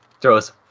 throws